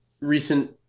recent